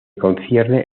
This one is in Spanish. concierne